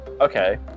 Okay